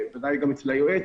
ודאי גם אצל היועץ.